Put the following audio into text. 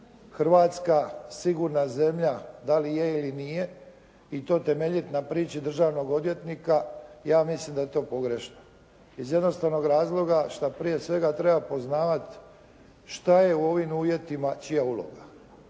Hrvatska sigurna zemlja da li je ili nije i to temeljit na priči državnog odvjetnika, ja mislim da je to pogrešno iz jednostavnog razloga šta prije svega treba poznavati šta je u ovim uvjetima čija uloga.